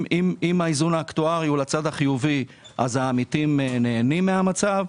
האיזון האקטוארי הוא לצד החיובי העמיתים נהנים מהמצב,